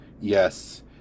yes